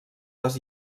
les